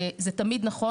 זה תמיד נכון.